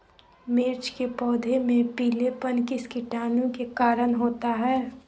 मिर्च के पौधे में पिलेपन किस कीटाणु के कारण होता है?